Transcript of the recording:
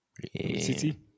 City